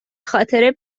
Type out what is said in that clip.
خاطر